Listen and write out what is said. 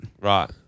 Right